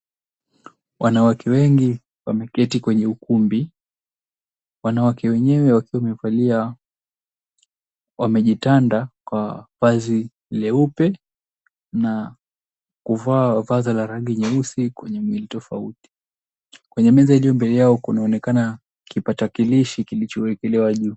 Wanawake wengi wameketi kwenye ukumbi. Wanawake wenyewe wakiwa wamevalia, wamejitanda kwa vazi leupe na kuvaa vazi la rangi nyeusi kwenye mwili tofauti. Kwenye meza iliyo mbele yao kunaonekana kipatakilishi kilichowekelewa juu.